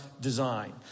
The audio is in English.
design